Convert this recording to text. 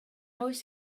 oes